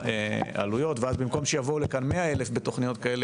העלויות ואז במקום שיבואו לכאן 100,000 בתכניות כאלה